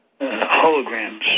Holograms